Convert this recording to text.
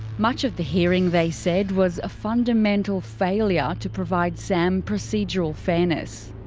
much of the hearing, they said, was a fundamental failure to provide sam procedural fairness.